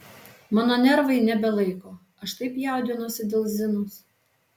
mano nervai nebelaiko aš taip jaudinuosi dėl zinos